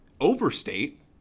overstate